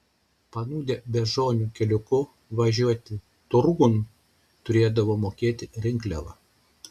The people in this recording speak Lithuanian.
panūdę beižonių keliuku važiuoti turgun turėdavo mokėti rinkliavą